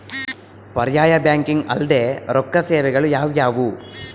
ಪರ್ಯಾಯ ಬ್ಯಾಂಕಿಂಗ್ ಅಲ್ದೇ ರೊಕ್ಕ ಸೇವೆಗಳು ಯಾವ್ಯಾವು?